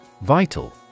Vital